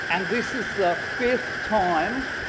and this is the fifth time,